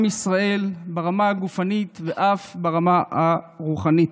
ישראל ברמה הגופנית ואף ברמה הרוחנית.